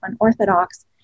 unorthodox